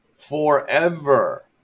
Forever